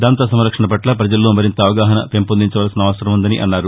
దంత సంరక్షణ పట్ల ప్రజల్లో మరింత అవగాహన పెంపొందించాల్సిన అవసరం ఉందన్నారు